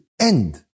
end